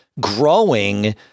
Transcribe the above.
growing